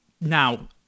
now